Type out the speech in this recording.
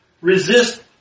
resist